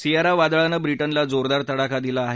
Sierra वादळानं ब्रिटनला जोरदार तडाखा दिला आहे